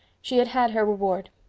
she had had her reward.